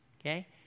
Okay